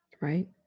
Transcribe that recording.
Right